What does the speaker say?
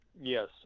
Yes